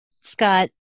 Scott